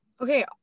okay